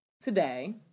today